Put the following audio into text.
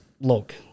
look